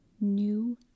new